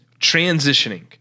transitioning